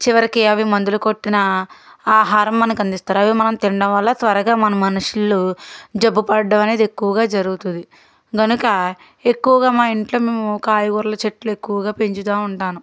చివరికి అవి మందులు కొట్టిన ఆహారం మనకి అందిస్తారు అవి మనం తినడం వల్ల త్వరగా మనం మనుషులు జబ్బు పడటం అనేది ఎక్కువగా జరుగుతుంది కనుక ఎక్కువగా మా ఇంట్లో మేము కాయగూరలు చెట్లు ఎక్కువగా పెంచుతూ ఉంటాను